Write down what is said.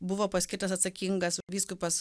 buvo paskirtas atsakingas vyskupas